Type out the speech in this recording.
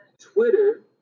Twitter